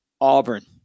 Auburn